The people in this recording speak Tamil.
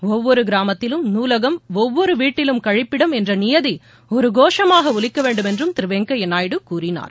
ஒவ்வொரு கிராமத்திலும் நூலகம் ஒவ்வொரு வீட்டிலும் கழிப்பிடம் என்ற நியதி ஒரு கோஷமாக ஒலிக்க வேண்டும் என்றும் திரு வெங்கையா நாயுடு கூறினார்